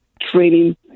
training